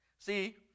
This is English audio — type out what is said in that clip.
See